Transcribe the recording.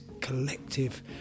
collective